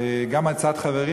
וגם עצת חברים,